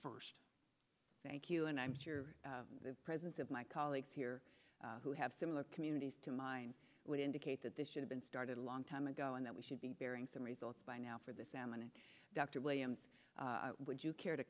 first thank you and i'm sure the presence of my colleagues here who have similar communities to mine would indicate that this should have been started a long time ago and that we should be bearing some results by now for the salmon and dr williams would you care to